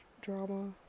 drama